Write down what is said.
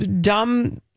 dumb